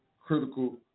critical